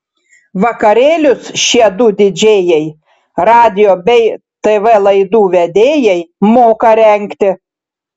vakarėlius šie du didžėjai radijo bei tv laidų vedėjai moka rengti